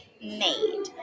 made